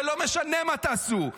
זה לא משנה מה תעשו.